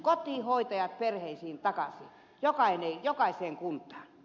kotihoitajat perheisiin takaisin jokaiseen kuntaan